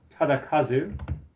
Tadakazu